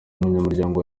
w’umuryango